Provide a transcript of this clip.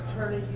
attorney